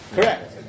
Correct